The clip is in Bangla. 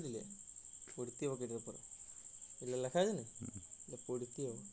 টেরেস কাল্টিভেশল প্রধালত্ব পাহাড়ি এলাকা গুলতে ক্যরাক হ্যয়